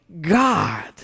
God